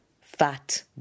fat